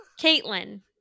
Caitlin